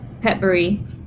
Petbury